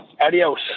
Adios